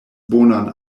bonan